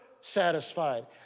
satisfied